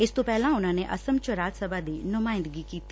ਇਸ ਤੋਂ ਪਹਿਲਾਂ ਉਨੂਾਂ ਨੇ ਅਸਮ ਚ ਰਾਜ ਸਭਾ ਦੀ ਨੁਮਾਇੰਦਗੀ ਕੀਤੀ